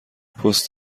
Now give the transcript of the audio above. پست